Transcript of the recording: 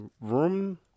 Room